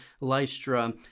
Lystra